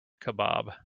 kebab